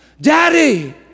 Daddy